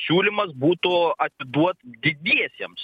siūlymas būtų atiduot didiesiems